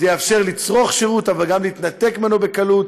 זה יאפשר לצרוך שירות אבל גם להתנתק ממנו בקלות.